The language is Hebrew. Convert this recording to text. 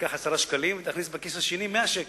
ותיקח 10 שקלים, ותכניס בכיס השני 100 שקל.